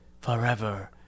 forever